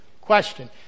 Question